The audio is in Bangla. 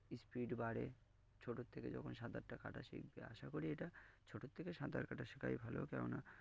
স্পিড বাড়ে ছোটর থেকে যখন সাঁতারটা কাটা শিখবে আশা করি এটা ছোটর থেকে সাঁতার কাটা শেখাই ভালো কেন না